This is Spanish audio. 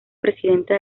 presidenta